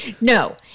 No